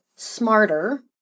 smarter